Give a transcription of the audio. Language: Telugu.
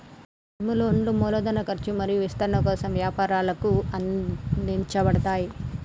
టర్మ్ లోన్లు మూలధన ఖర్చు మరియు విస్తరణ కోసం వ్యాపారాలకు అందించబడతయ్